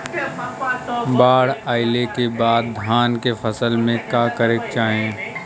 बाढ़ आइले के बाद धान के फसल में का करे के चाही?